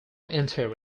entering